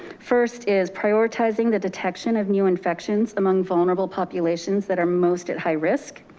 first is prioritizing the detection of new infections among vulnerable populations that are most at high risk.